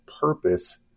purpose